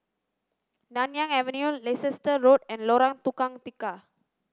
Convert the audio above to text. Nanyang Avenue Leicester Road and Lorong Tukang Tiga